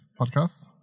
podcast